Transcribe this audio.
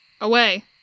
Away